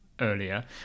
earlier